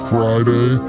Friday